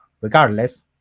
regardless